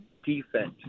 Defense